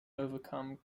overcome